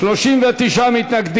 רוזין ותמר